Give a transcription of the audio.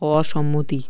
অসম্মতি